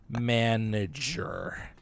manager